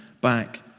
back